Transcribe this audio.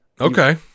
okay